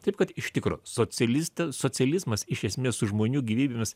taip kad iš tikro socialista socializmas iš esmės su žmonių gyvybėmis